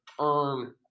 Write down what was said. earn